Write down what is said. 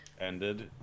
ended